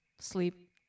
sleep